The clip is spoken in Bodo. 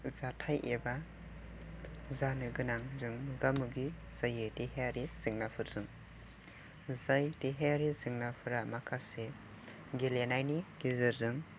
जाथाइ एबा जानो गोनांजों मोगा मोगि जायो देहायारि जेंनाफोरजों जाय देहायारि जेंनाफ्रा माखासे गेलेनायनि गेजेरजों